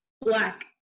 black